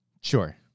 Sure